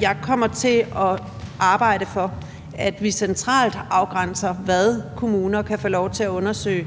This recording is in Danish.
jeg kommer til at arbejde for, at vi centralt afgrænser, hvad kommuner kan få lov til at undersøge,